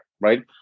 right